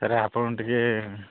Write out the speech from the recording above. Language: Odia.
ସାର୍ ଆପଣ ଟିକିଏ